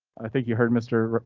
i think you heard mr.